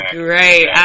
great